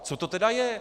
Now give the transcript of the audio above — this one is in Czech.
Co to tedy je?